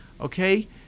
okay